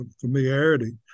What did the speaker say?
familiarity